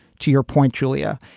to your point, julia,